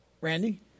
Randy